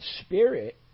spirit